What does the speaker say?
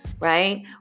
right